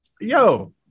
Yo